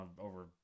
over